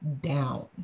down